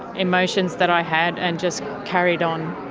emotions that i had and just carried on.